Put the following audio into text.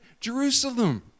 Jerusalem